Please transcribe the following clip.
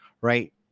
right